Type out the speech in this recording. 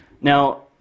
Now